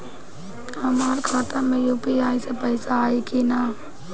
हमारा खाता मे यू.पी.आई से पईसा आई कि ना?